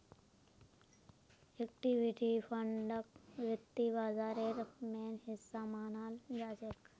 equity फंडक वित्त बाजारेर मेन हिस्सा मनाल जाछेक